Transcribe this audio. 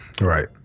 Right